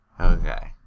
okay